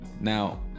Now